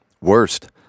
Worst